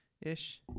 ish